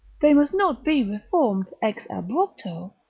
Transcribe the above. they must not be reformed ex abrupto,